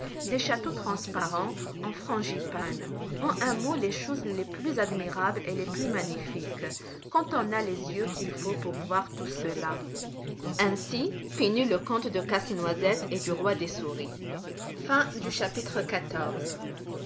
des châteaux transparents en frangipane en un mot les choses les plus admirables et les plus magnifiques quand on a les yeux qu'il faut pour voir tout cela ainsi finit le conte de casse-noisette et du roi des souris